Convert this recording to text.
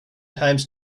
times